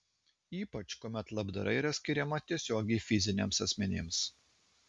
ypač kuomet labdara yra skiriama tiesiogiai fiziniams asmenims